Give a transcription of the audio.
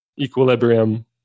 equilibrium